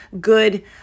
good